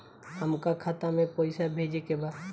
हमका खाता में पइसा भेजे के बा